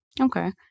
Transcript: Okay